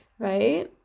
right